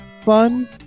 fun